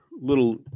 little